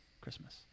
Christmas